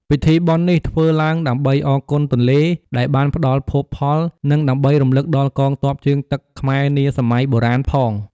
ពិធីបុណ្យនេះធ្វើឡើងដើម្បីអរគុណទន្លេដែលបានផ្ដល់ភោគផល និងដើម្បីរំលឹកដល់កងទ័ពជើងទឹកខ្មែរនាសម័យបុរាណផង។